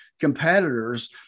competitors